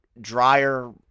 drier